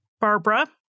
Barbara